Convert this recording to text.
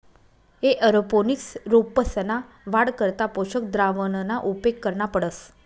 aeroponics रोपंसना वाढ करता पोषक द्रावणना उपेग करना पडस